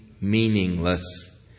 meaningless